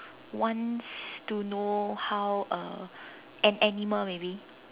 wants to know how a an animal maybe